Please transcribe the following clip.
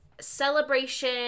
celebration